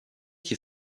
qui